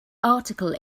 article